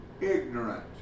ignorant